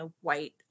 white